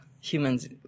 humans